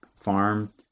farm